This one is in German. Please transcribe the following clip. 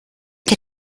ihr